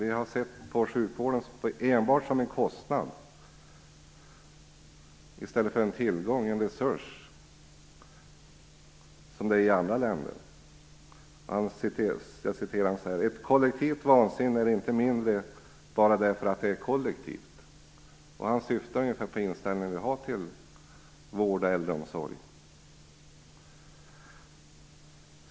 Vi har sett på sjukvården enbart som en kostnad i stället för en tillgång, som man gör i andra länder. Jerzy Einhorn skriver: "Ett kollektivt vansinne är inte mindre bara därför att det är kollektivt." Han syftar på den inställning vi har till vård och äldreomsorg.